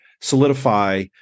solidify